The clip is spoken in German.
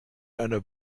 einer